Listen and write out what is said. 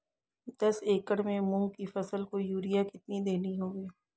दस एकड़ में मूंग की फसल को यूरिया कितनी देनी होगी?